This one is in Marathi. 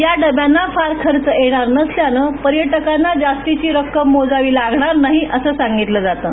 या डब्यांना फार खर्च येणार नसल्याने पर्यटकांना जास्तीची रक्कम मोजावी लागणार नाही असे सांगितले जाते